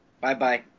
Bye-bye